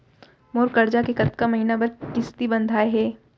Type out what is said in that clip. मोर करजा के कतका महीना बर किस्ती बंधाये हे?